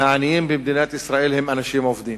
מהעניים במדינת ישראל הם אנשים עובדים.